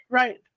right